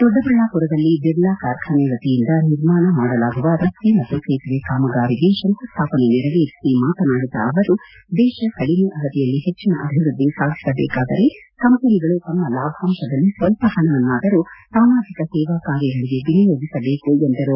ದೊಡ್ಡಬಳ್ಟಾಪುರದಲ್ಲಿ ಬಿರ್ಲಾ ಕಾರ್ಖಾನೆ ವತಿಯಿಂದ ನಿರ್ಮಾಣ ಮಾಡಲಾಗುವ ರಸ್ತೆ ಮತ್ತು ಸೇತುವೆ ಕಾಮಗಾರಿಗೆ ಶಂಕುಸ್ಟಾಪನೆ ನೆರವೇರಿಸಿ ಮಾತನಾಡಿದ ಅವರು ದೇಶ ಕಡಿಮೆ ಅವಧಿಯಲ್ಲಿ ಹೆಚ್ಚಿನ ಅಭಿವ್ಯದ್ದಿ ಸಾಧಿಸಬೇಕಾದರೆ ಕಂಪನಿಗಳು ತಮ್ಮ ಲಾಭಾಂತದಲ್ಲಿ ಸ್ತಲ್ಪ ಹಣವನ್ನಾದರೂ ಸಾಮಾಜಿಕ ಸೇವಾ ಕಾರ್ಯಗಳಿಗೆ ವಿನಿಯೋಗಿಸಬೇಕು ಎಂದರು